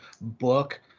book